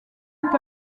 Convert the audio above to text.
est